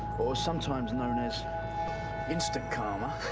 or sometimes known as insta-k'harma.